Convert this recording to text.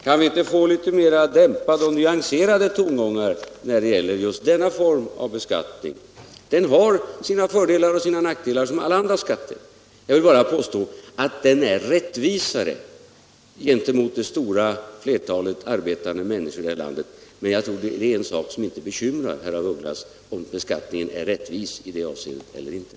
Kan vi inte få höra litet mera dämpade och nyanserade tongångar när det gäller just denna form av beskattning? Den har sina fördelar och nackdelar, som alla andra skatter. Jag vill bara påstå att arbetsgivaravgiften är rättvisare gentemot det stora flertalet arbetande människor i vårt land. Men jag tror det är en sak som inte bekymrar herr af Ugglas om beskattningen är rättvis i det avseendet eller inte.